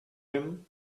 him